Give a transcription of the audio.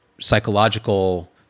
psychological